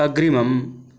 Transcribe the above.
अग्रिमम्